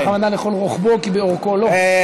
אמרת בכוונה "לכל רוחבו", כי באורכו לא?